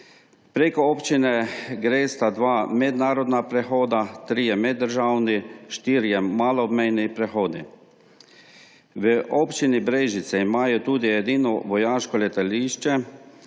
Preko občine gresta dva mednarodna prehoda, trije meddržavni, štirje maloobmejni prehodi. V Občini Brežice imajo tudi edino vojaško letališče,